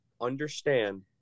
Understand